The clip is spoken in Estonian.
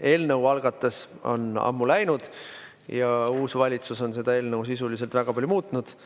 eelnõu algatas, on ammu läinud ja uus valitsus on seda eelnõu sisuliselt väga palju muutnud.